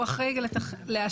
הוא הגוף המאשר,